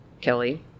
Kelly